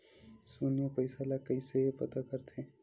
शून्य पईसा ला कइसे पता करथे?